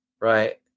right